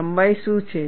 લંબાઈ શું છે